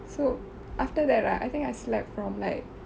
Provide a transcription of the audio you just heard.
so after that right I think I slept from like